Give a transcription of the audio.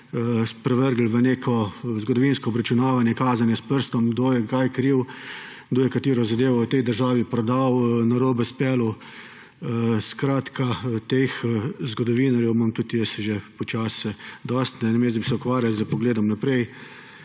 sprevrgli v neko zgodovinsko obračunavanje, kazanje s prstom, kdo je kaj kriv, kdo je katero zadevo v tej državi prodal, narobe speljal. Skratka, teh zgodovinarjev imam tudi jaz že počasti dosti. Namesto da bi se ukvarjali z pogledom naprej,